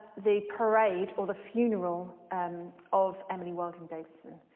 the parade or the funeral um of emily wilding davison.